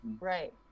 right